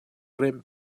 remh